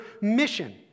mission